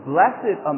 Blessed